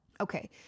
okay